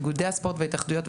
איגודי הספורט וההתאחדויות,